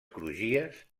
crugies